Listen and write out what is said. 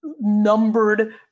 numbered